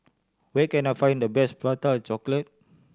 where can I find the best Prata Chocolate